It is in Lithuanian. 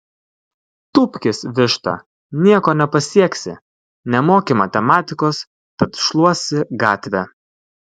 tūpkis višta nieko nepasieksi nemoki matematikos tad šluosi gatvę